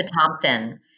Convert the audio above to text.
Thompson